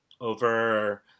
over